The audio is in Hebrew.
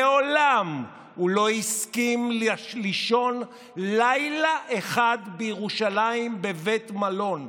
מעולם הוא לא הסכים לישון לילה אחד בירושלים בבית מלון,